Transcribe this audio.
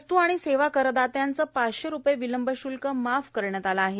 वस्तू आणि सेवा करदात्यांचं पाचशे रुपये विलंब श्ल्क माफ करण्यात आलं आहे